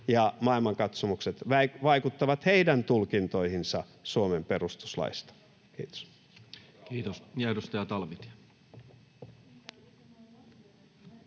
maailmankatsomukset vaikuttavat heidän tulkintoihinsa Suomen perustuslaista. [Mari